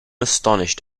astonished